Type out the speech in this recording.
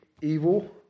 evil